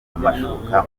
amashuka